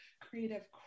creative